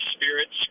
spirit's